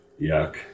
Yuck